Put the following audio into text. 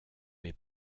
est